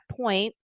point